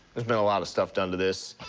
there's been a lot of stuff done to this.